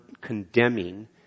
condemning